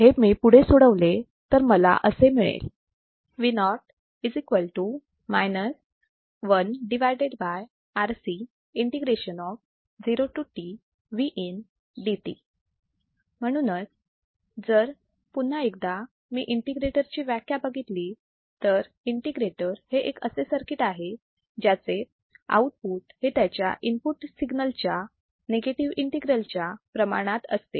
आणि जर मी हे पुढे सोडवले तर मला असे मिळेल म्हणूनच जर पुन्हा एकदा मी इंटिग्रेटरची व्याख्या बघितली तर इंटिग्रेटर हे एक असे सर्किट आहे ज्याचे आउटपुट हे त्याच्या इनपुट सिग्नलच्या निगेटिव्ह इंटीग्रल च्या प्रमाणात असते